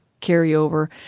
carryover